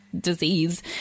disease